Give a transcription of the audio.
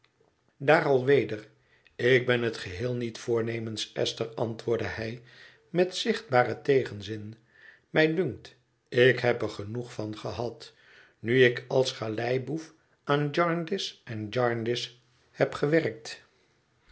daar alweder ik ben het geheel niet voornemens esther antwoordde hij met zichtbaren tegenzin mij dunkt ik heb er genoeg van gehad nu ik als een galeiboef aan jarndyce en jarndyce heb gewerkt